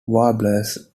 warblers